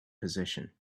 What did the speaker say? position